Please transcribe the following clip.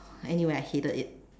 anyway I hated it